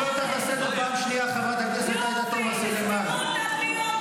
לפי איזה סעיף בתקנון אתה מוריד אותו?